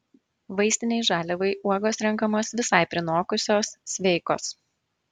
vaistinei žaliavai uogos renkamos visai prinokusios sveikos